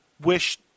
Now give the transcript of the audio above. wish